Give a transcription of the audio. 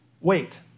Wait